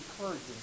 encouraging